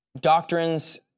doctrines